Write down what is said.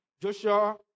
Joshua